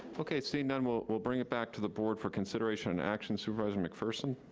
okay, seeing none, we'll we'll bring it back to the board for consideration and action. supervisor mcpherson?